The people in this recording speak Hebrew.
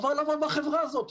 עבר לעבוד בחברה הזאת,